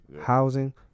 Housing